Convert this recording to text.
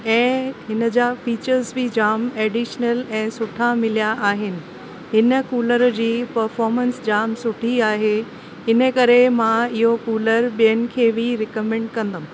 ऐं हिनजा फ़ीचर्स बि जाम एडीशनल ऐं सुठा मिलिया आहिनि हिन कूलर जी परफॉर्मेंस जाम सुठी आहे हिन करे मां इहो कूलर ॿियनि खे बि रिकमेंड कंदमि